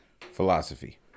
Philosophy